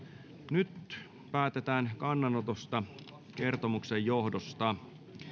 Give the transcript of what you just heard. nyt päätetään kannanotosta kertomuksen johdosta